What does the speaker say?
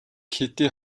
хэдий